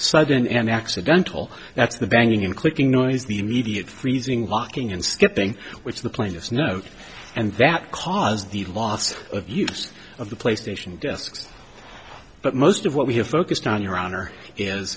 sudden and accidental that's the banging and clicking noise the immediate freezing hocking and skipping which the plaintiff's note and that caused the loss of use of the playstation desks but most of what we have focused on your honor is